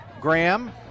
Graham